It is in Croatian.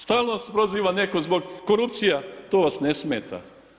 Stalno nas proziva neko zbog korupcija, to vas ne smeta.